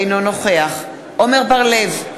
אינו נוכח עמר בר-לב,